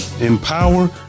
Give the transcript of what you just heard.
empower